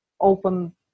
open